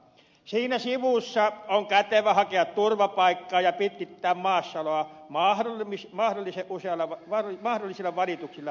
siinä sivussa on kätevä hakea turvapaikkaa ja pitkittää maassaoloa mahdollisilla valituksilla jopa vuosilla